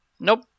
Nope